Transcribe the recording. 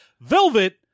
Velvet